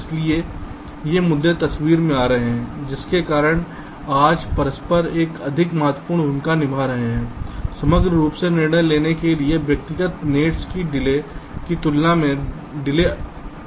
इसलिए ये मुद्दे तस्वीर में आ रहे हैं जिसके कारण आज परस्पर एक अधिक महत्वपूर्ण भूमिका निभा रहा है समग्र रूप से निर्णय लेने के लिए व्यक्तिगत गेट्स की डिले की तुलना में देरी ठीक है